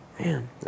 Man